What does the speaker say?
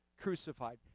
crucified